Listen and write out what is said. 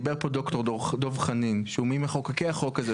דיבר פה ד"ר דב חנין שהוא ממחוקקי החוק הזה,